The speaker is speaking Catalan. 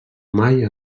mai